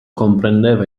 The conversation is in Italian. comprendeva